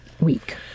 week